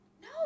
No